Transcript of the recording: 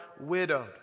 widowed